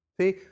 See